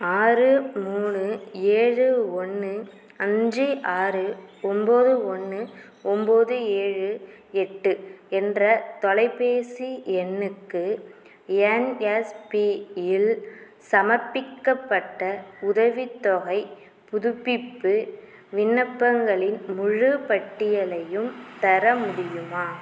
ஆறு மூணு ஏழு ஒன்று அஞ்சு ஆறு ஒம்போது ஒன்று ஒம்போது ஏழு எட்டு என்ற தொலைப்பேசி எண்ணுக்கு என்எஸ்பியில் சமர்ப்பிக்கப்பட்ட உதவித்தொகைப் புதுப்பிப்பு விண்ணப்பங்களின் முழுப்பட்டியலையும் தர முடியுமா